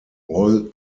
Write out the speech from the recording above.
all